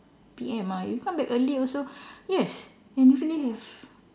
P_M ah you come back early also yes and you feel relieved